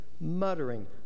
muttering